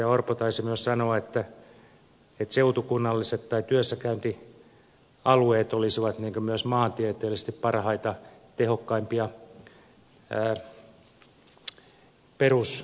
orpo taisi myös sanoa että seutukunnalliset tai työssäkäyntialueet olisivat myös maantieteellisesti parhaita tehokkaimpia peruskuntia